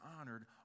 honored